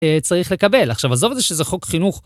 צריך לקבל עכשיו עזוב את זה שזה חוק חינוך.